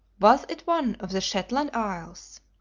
was it one of the shetland isles?